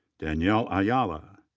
daniella ayala.